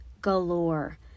galore